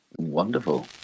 wonderful